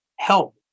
help